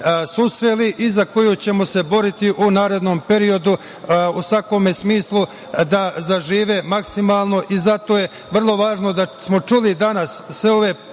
susreli i za koju ćemo se boriti u narednom periodu, u svakom smislu, da zažive maksimalno i zato je vrlo važno što smo čuli danas sve ove